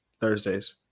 Thursdays